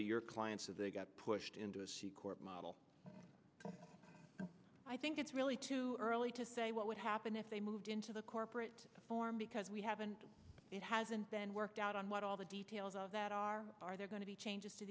to your clients if they got pushed into this model i think it's really too early to say what would happen if they moved into the corporate form because we haven't it hasn't been worked out on what all the details of that are are there going to be changes to